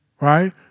Right